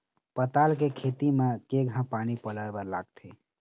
पताल के खेती म केघा पानी पलोए बर लागथे?